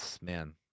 man